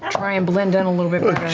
try and blend in a little bit.